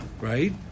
right